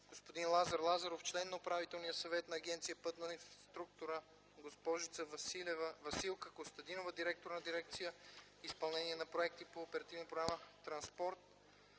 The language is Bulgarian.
господин Лазар Лазаров – член на Управителния съвет на Агенция „Пътна инфраструктура”, госпожа Василка Костадинова – директор на дирекция „Изпълнение на проекти по Оперативна програма „Транспорт”